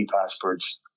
passports